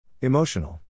Emotional